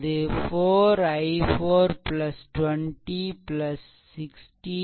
அது 4 i4 20 16 x i4 i3